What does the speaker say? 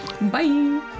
Bye